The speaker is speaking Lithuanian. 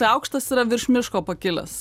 aukštas yra virš miško pakilęs